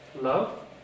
love